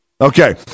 okay